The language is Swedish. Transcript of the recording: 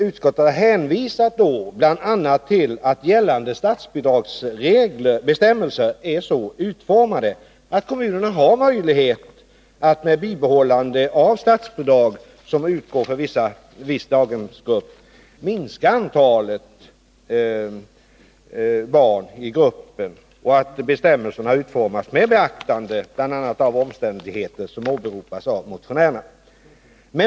Utskottet har då hänvisat bl.a. till att gällande statsbidragsbestämmelser är så utformade att kommunerna har möjlighet att med bibehållande av statsbidrag, som utgår för viss daghemsgrupp, minska antalet barn i gruppen samt att bestämmelserna utformas med beaktande bl.a. av de omständigheter som åberopas av motionärerna.